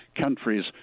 countries